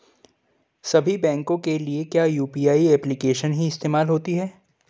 सभी बैंकों के लिए क्या यू.पी.आई एप्लिकेशन ही इस्तेमाल होती है?